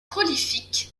prolifique